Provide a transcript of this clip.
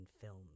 film